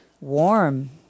warm